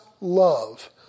love